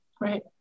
Right